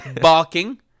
Barking